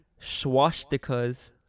swastikas